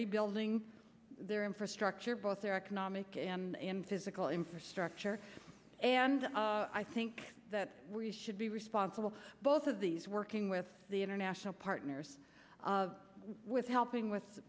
rebuilding their infrastructure both their economic and physical infrastructure and i think that we should be responsible both of these working with the international partners with helping with